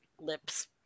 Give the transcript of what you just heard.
lips